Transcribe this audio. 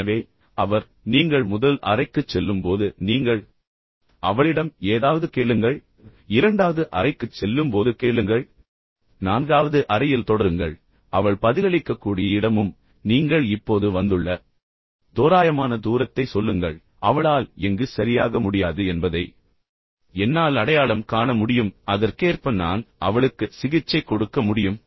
எனவே அவர் நீங்கள் முதல் அறைக்குச் செல்லும்போது நீங்கள் அவளிடம் ஏதாவது கேளுங்கள் பின்னர் நீங்கள் இரண்டாவது அறைக்குச் செல்லும்போது கேளுங்கள் நான்காவது அறையில் தொடருங்கள் பின்னர் அவள் பதிலளிக்கக்கூடிய இடமும் நீங்கள் இப்போது வந்துள்ள தோராயமான தூரத்தை சொல்லுங்கள் அவளால் எங்கு சரியாக முடியாது என்பதை என்னால் அடையாளம் காண முடியும் அதற்கேற்ப நான் அவளுக்கு சிகிச்சை கொடுக்க முடியும்